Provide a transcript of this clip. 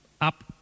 up